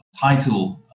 title